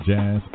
Jazz